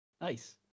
Nice